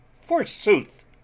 FORSOOTH